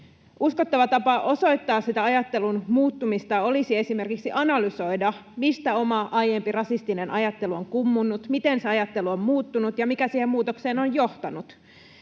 Uskottava tapa osoittaa sitä ajattelun muuttumista olisi esimerkiksi analysoida, mistä oma aiempi rasistinen ajattelu on kummunnut, miten se ajattelu on muuttunut ja mikä siihen muutokseen on johtanut.